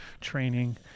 training